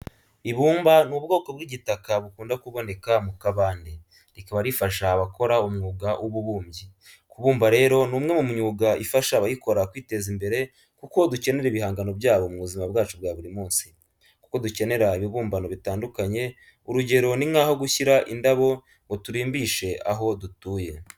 Ibumba ni ubwoko bw'igitaka bukunda kuboneka mu kabande, rikaba rifasha abakora umwuga w'ububumbyi. Kubumba rero ni umwe mu myuga ifasha abayikora kwiteza imbere kuko dukenera ibihangano byabo mu buzima bwacu bwa buri munsi, kuko dukenera ibibumbano bitandukanye, urugero ni nk'aho gushyira indabo ngo turimbishe aho dutuye.